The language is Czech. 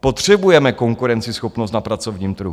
potřebujeme konkurenceschopnost na pracovním trhu.